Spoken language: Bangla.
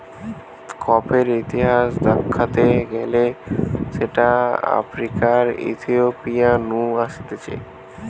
কফির ইতিহাস দ্যাখতে গেলে সেটা আফ্রিকার ইথিওপিয়া নু আসতিছে